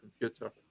computer